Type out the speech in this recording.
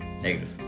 Negative